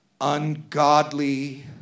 ungodly